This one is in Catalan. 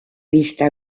vista